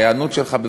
ההיענות שלך,